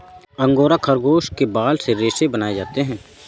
angora खरगोश के बाल से रेशे बनाए जाते हैं